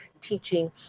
teaching